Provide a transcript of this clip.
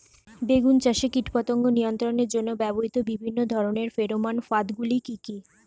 বেগুন চাষে কীটপতঙ্গ নিয়ন্ত্রণের জন্য ব্যবহৃত বিভিন্ন ধরনের ফেরোমান ফাঁদ গুলি কি কি?